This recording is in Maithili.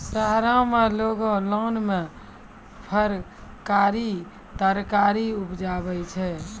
शहरो में लोगों लान मे फरकारी तरकारी उपजाबै छै